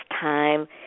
time